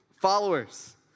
followers